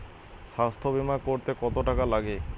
স্বাস্থ্যবীমা করতে কত টাকা লাগে?